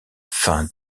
fin